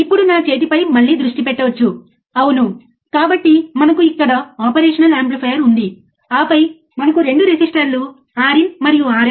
కానీ విషయం ఏమిటంటే మీరు స్లీవ్ రేటును కొలవాలనుకుంటే దశలను అనుసరించండి మరియు మీరు స్లీవ్ రేటును కొలవగలరు